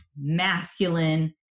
masculine